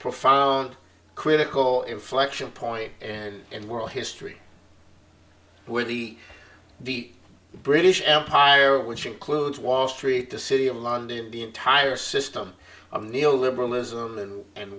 profound critical inflection point and world history will be the british empire which includes wall street the city of london the entire system i'm neal liberalism and